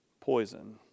poison